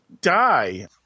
die